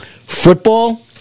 Football